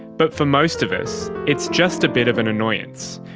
but for most of us it's just a bit of an annoyance.